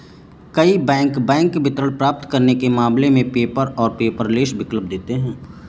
कई bank bank विवरण प्राप्त करने के मामले में पेपर और पेपरलेस विकल्प देते हैं